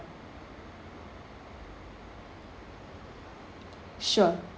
sure